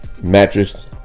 Mattress